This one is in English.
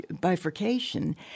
bifurcation